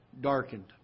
Darkened